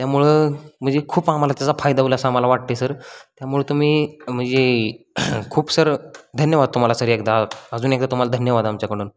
त्यामुळं म्हणजे खूप आम्हाला त्याचा फायदा होईल असं आम्हाला वाटतं आहे सर त्यामुळे तुम्ही म्हणजे खूप सर धन्यवाद तुम्हाला सर एकदा अजून एकदा तुम्हाला धन्यवाद आमच्याकडून